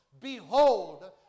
Behold